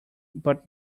but